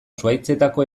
zuhaitzetako